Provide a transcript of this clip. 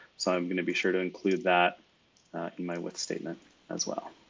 so i'm gonna be sure to include that in my word statement as well.